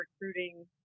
recruiting